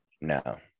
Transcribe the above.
No